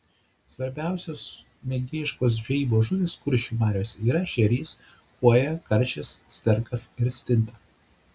svarbiausios mėgėjiškos žvejybos žuvys kuršių mariose yra ešerys kuoja karšis sterkas ir stinta